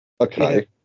Okay